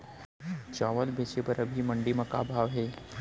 चांवल बेचे बर अभी मंडी म का भाव हे?